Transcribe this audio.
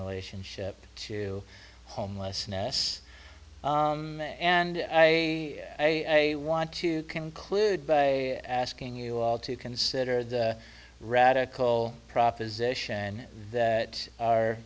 relationship to homelessness and i want to conclude by asking you all to consider the radical proposition that